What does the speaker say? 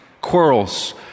quarrels